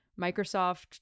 Microsoft